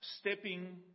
stepping